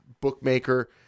bookmaker